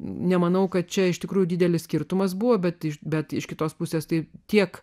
nemanau kad čia iš tikrųjų didelis skirtumas buvo bet iš bet iš kitos pusės tai tiek